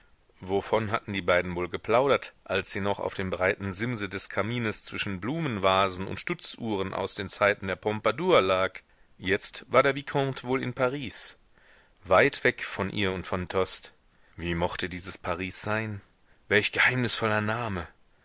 wovon hatten die beiden wohl geplaudert als sie noch auf dem breiten simse des kamines zwischen blumenvasen und stutzuhren aus den zeiten der pompadour lag jetzt war der vicomte wohl in paris weit weg von ihr und von tostes wie mochte dieses paris sein welch geheimnisvoller name